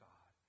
God